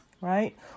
right